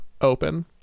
open